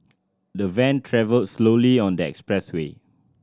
the van travelled slowly on the expressway